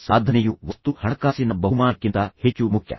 ಸಾಧನೆಯು ವಸ್ತು ಅಥವಾ ಹಣಕಾಸಿನ ಬಹುಮಾನಕ್ಕಿಂತ ಹೆಚ್ಚು ಮುಖ್ಯವಾಗಿದೆ